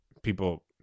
People